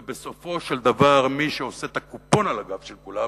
ובסופו של דבר מישהו עושה את הקופון על הגב של כולם,